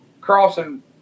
crossing